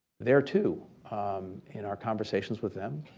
there too in our conversations with them,